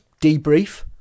debrief